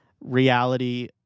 reality